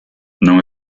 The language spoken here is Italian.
non